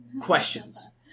questions